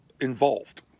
involved